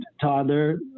toddler